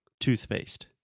Toothpaste